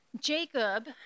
Jacob